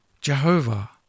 Jehovah